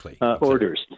orders